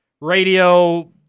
radio